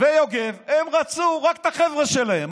ויוגב, הם רצו רק את החבר'ה שלהם.